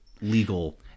legal